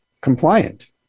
compliant